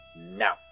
now